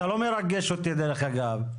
אתה לא מרגש אותי דרך אגב.